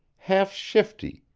half shifty,